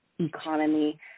economy